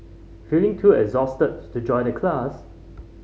feeling too exhausted to join the class